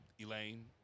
Elaine